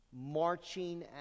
marching